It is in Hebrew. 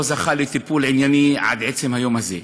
לא זכה לטיפול ענייני עד עצם היום הזה.